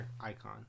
icon